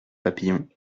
papillon